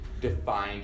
defined